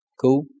Cool